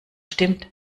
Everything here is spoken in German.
stimmt